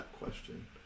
question